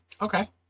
Okay